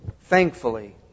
thankfully